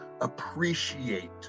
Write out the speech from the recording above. appreciate